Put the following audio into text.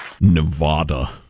Nevada